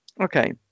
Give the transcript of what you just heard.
okay